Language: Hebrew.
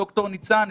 ד"ר ניצן,